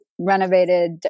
renovated